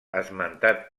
esmentat